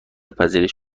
پذیرش